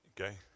Okay